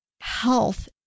health